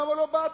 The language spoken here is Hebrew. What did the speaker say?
למה לא באתם.